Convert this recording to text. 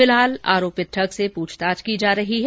फिलहाल आरोपित ठग से प्रछताछ की जा रही है